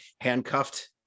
handcuffed